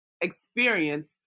experience